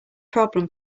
problem